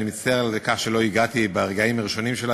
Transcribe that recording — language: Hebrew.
אני מצטער על שלא הגעתי ברגעים הראשונים של הדיון,